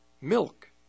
milk